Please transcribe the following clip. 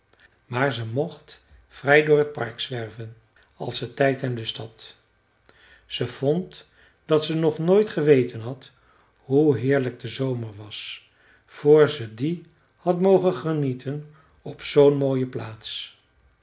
maar ze mocht vrij door t park zwerven als ze tijd en lust had ze vond dat ze nog nooit geweten had hoe heerlijk de zomer was vr ze dien had mogen genieten op zoo'n mooie plaats